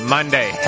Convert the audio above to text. Monday